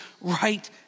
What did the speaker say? right